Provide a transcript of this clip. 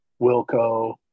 Wilco